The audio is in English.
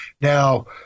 now